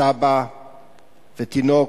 סבא ותינוק.